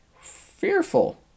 fearful